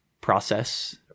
process